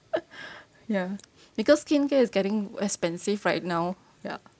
ya because skincare is getting expensive right now ya